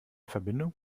verbindung